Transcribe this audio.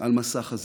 על מסך הזיכרון.